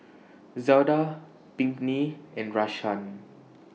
Zelda Pinkney and Rashaan